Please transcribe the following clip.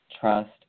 trust